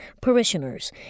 parishioners